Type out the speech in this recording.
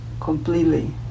completely